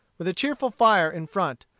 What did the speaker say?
with a cheerful fire in front,